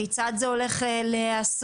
כיצד זה הולך להיעשות.